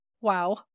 Wow